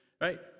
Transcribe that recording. right